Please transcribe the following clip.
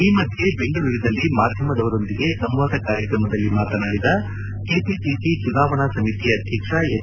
ಈ ಮಧ್ಯೆ ಬೆಂಗಳೂರಿನಲ್ಲಿ ಮಾಧ್ಯಮದವರೊಂದಿಗೆ ಸಂವಾದ ಕಾರ್ಯಕ್ರಮದಲ್ಲಿ ಮಾತನಾಡಿದ ಕೆಪಿಸಿಸಿ ಚುನಾವಣಾ ಸಮಿತಿ ಅಧ್ಯಕ್ಷ ಎಚ್